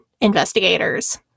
investigators